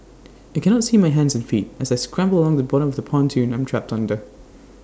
I cannot see my hands and feet as I scramble along the bottom of the pontoon I'm trapped under